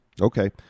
Okay